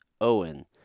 Owen